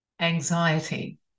Anxiety